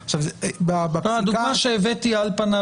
הדוגמה שהבאתי על פניו,